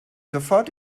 sofort